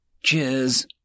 Cheers